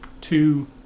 two